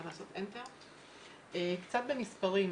קצת במספרים,